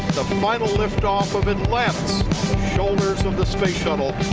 the final lift off of atlantais, shoulders of the space shuttle,